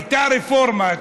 הייתה רפורמה,